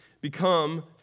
become